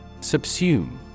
Subsume